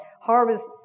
Harvest